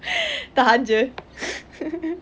tahan jer